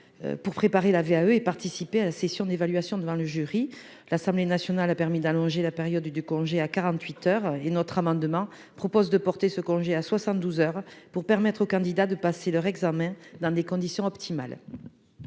pour préparer la VAE et participer à la session d'évaluation devant le jury. L'Assemblée nationale a décidé d'allonger cette période de congé à quarante-huit heures. Je vous propose de le porter à soixante-douze heures pour permettre aux candidats de passer leur examen dans des conditions optimales.